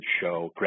show